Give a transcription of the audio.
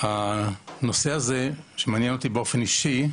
הנושא הזה, שמעניין אותי באופן אישי,